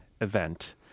event